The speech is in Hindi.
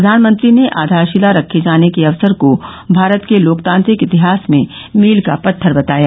प्रधानमंत्री ने आधारशिला रखे जाने के अवसर को भारत के लोकतांत्रिक इतिहास में मील का पत्थर बताया